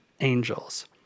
angels